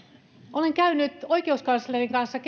olen käynyt oikeuskanslerin kanssa